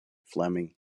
fleming